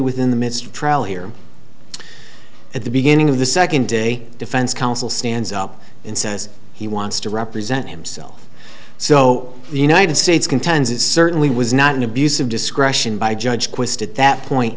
here at the beginning of the second day defense counsel stands up and says he wants to represent himself so the united states contends it certainly was not an abuse of discretion by judge quist at that point